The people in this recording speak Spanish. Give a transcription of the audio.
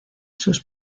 sus